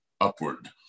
upward